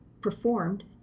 performed